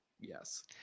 Yes